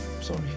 Sorry